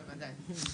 בוודאי.